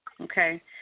okay